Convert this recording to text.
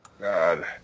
God